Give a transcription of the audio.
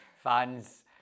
fans